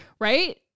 Right